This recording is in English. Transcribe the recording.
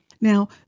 Now